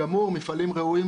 מכל המגזרים,